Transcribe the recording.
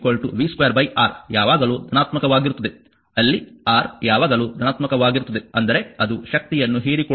ಆದ್ದರಿಂದ p v2 R ಯಾವಾಗಲೂ ಧನಾತ್ಮಕವಾಗಿರುತ್ತದೆ ಅಲ್ಲಿ R ಯಾವಾಗಲೂ ಧನಾತ್ಮಕವಾಗಿರುತ್ತದೆ ಅಂದರೆ ಅದು ಶಕ್ತಿಯನ್ನು ಹೀರಿಕೊಳ್ಳುತ್ತದೆ